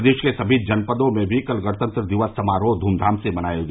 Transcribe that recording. प्रदेश के सभी जनपदों में भी कल गणतंत्र दिवस समारोह ध्मधाम से मनाया गया